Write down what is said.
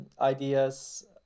ideas